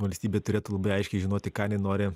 valstybė turėtų labai aiškiai žinoti ką jinai nenori